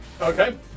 Okay